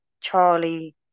Charlie